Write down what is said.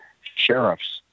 sheriffs